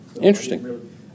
Interesting